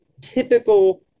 typical